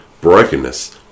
brokenness